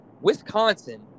Wisconsin